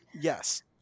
Yes